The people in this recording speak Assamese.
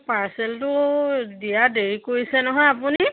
পাৰ্চেলটো দিয়া দেৰি কৰিছে নহয় আপুনি